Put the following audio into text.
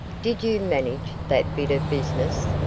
did you manage that bit business?